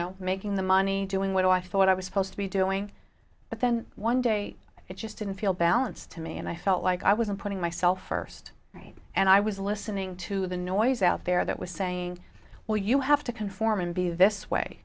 know making the money doing what i thought i was supposed to be doing but then one day it just didn't feel balanced to me and i felt like i was putting myself first right and i was listening to the noise out there that was saying well you have to conform and be this way